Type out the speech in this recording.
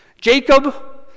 Jacob